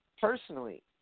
personally